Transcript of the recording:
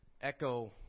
echo